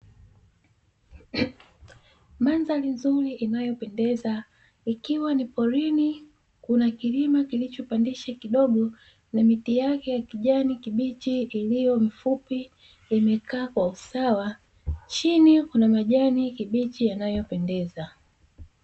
Mandhari nzuri inayopendeza ikiwa ni porini, kuna kilima kilichopandisha kidogo na miti yake ya kijani kibichi iliyo mifupi imekaa kwa usawa, chini kuna majani kibichi yanayopendeza.